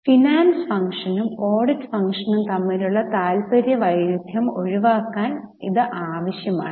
finance ഫംഗ്ഷനും audit ഫംഗ്ഷനും തമ്മിലുള്ള താൽപ്പര്യ വൈരുദ്ധ്യം ഒഴിവാക്കാൻ ഇത് ആവശ്യമാണ്